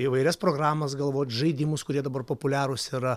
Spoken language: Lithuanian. įvairias programas galvot žaidimus kurie dabar populiarūs yra